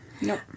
no